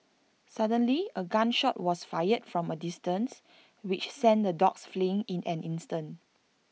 suddenly A gun shot was fired from A distance which sent the dogs fleeing in an instant